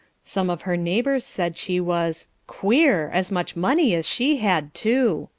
some of her neighbours said she was queer, as much money as she had, too.